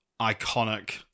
iconic